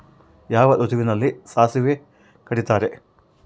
ಯಾವ ಋತುವಿನಲ್ಲಿ ಸಾಸಿವೆ ಕಡಿತಾರೆ?